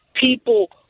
people